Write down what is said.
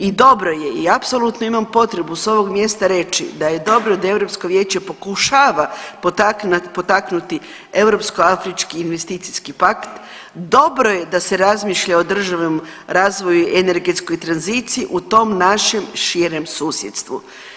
I dobro je i apsolutno imam potrebu s ovog mjesta reći da je dobro da Europsko vijeće pokušava potaknuti Europsko-afrički investicijski pakt, dobro je da se razmišlja o državnom razvoju i energetskoj tranziciji u tom našem širem susjedstvu.